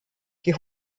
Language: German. die